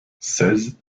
seize